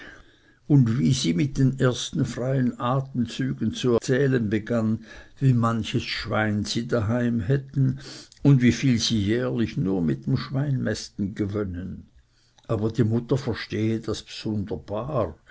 und wie sie mit den ersten freien atemzügen zu erzählen begann wie manches schwein sie daheim hätten und wie viel sie jährlich nur mit dem schweinmästen gewönnen aber die mutter verstehe das bsunderbar